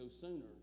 sooner